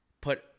put